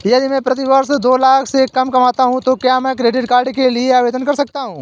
यदि मैं प्रति वर्ष दो लाख से कम कमाता हूँ तो क्या मैं क्रेडिट कार्ड के लिए आवेदन कर सकता हूँ?